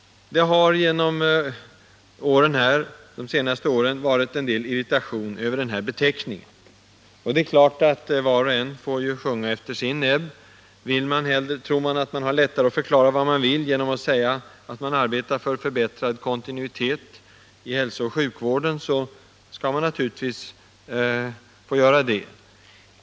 Det har under de senaste åren förekommit en del irritation över den här beteckningen. Det är klart att var och en får sjunga efter sin näbb. Tror man att man har lättare att förklara vad man vill genom att säga att man arbetar för förbättrad kontinuitet i hälsooch sjukvården, så skall man naturligtvis få göra det.